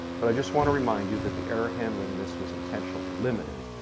but i just want to remind you that the air handling in this was intentionally limited.